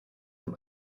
dem